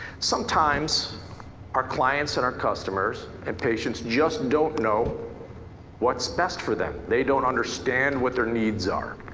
sometimes our clients and our customers and patients just don't know what's best for them. they don't understand what their needs are.